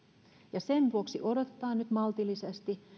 ja sen vuoksi odotetaan nyt maltillisesti